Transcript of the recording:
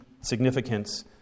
significance